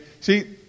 See